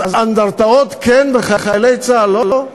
אז אנדרטאות כן וחיילי צה"ל לא?